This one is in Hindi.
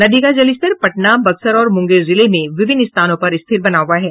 नदी का जलस्तर पटना बक्सर और मुंगेर जिले में विभिन्न स्थानों पर स्थिर बना हुआ है